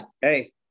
hey